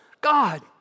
God